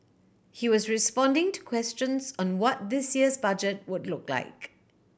he was responding to questions on what this year's Budget would look like